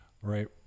Right